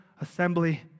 assembly